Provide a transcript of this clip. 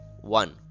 one